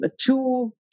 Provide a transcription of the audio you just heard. two